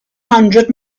hundred